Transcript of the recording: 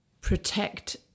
protect